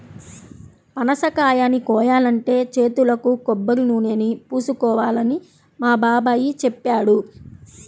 పనసకాయని కోయాలంటే చేతులకు కొబ్బరినూనెని పూసుకోవాలని మా బాబాయ్ చెప్పాడు